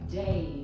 day